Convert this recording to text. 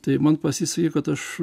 tai man pasisekė kad aš